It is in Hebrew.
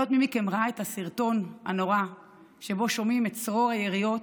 אני לא יודעת מי מכם ראה את הסרטון הנורא שבו שומעים את צרור היריות